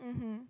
mmhmm